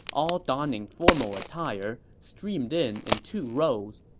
all donning formal attire, streamed in in two rows.